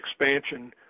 expansion